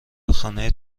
خانه